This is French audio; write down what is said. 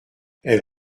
elle